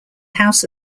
house